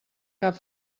cap